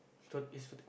short is